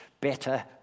better